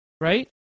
right